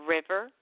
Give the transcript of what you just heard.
River